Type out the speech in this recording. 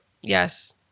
Yes